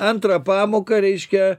antrą pamoką reiškia